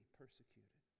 persecuted